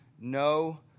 no